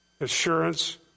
Assurance